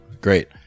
Great